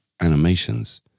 animations